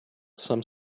some